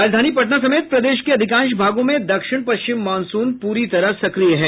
राजधानी पटना समेत प्रदेश के अधिकांश भागों में दक्षिण पश्चिम मॉनसून पूरी तरह सक्रिय है